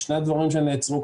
שני דברים שנעצרו,